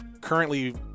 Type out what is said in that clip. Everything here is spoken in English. currently